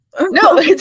no